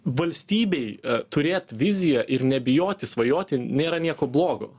valstybei turėt viziją ir nebijoti svajoti nėra nieko blogo